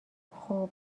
خوب